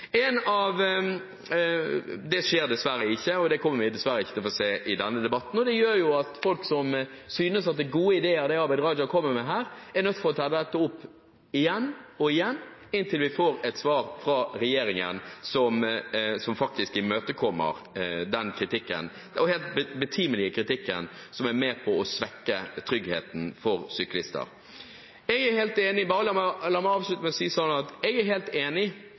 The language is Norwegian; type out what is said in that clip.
Det skjer dessverre ikke, og det kommer vi dessverre ikke til å få se i denne debatten. Det gjør jo at folk som synes at det Abid Q. Raja kommer med, er gode ideer, er nødt til å ta dette opp igjen og igjen, inntil vi får et svar fra regjeringen som faktisk imøtekommer den kritikken, den helt betimelige kritikken mot det som er med på å svekke tryggheten for syklister. La meg avslutte med å si at jeg er helt enig